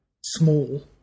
small